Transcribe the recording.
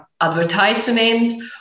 advertisement